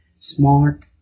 smart